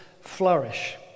flourish